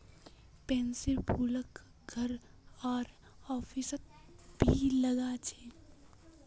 पैन्सीर फूलक घर आर ऑफिसत भी लगा छे